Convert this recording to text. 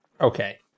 okay